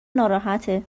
ناراحته